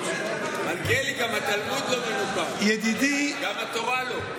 מלכיאלי, גם התלמוד לא מנוקד, גם התורה לא.